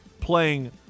playing